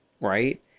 right